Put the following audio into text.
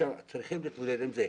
צריך להתמודד עם זה.